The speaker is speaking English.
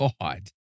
God